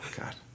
God